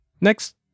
Next